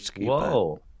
whoa